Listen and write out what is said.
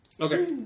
Okay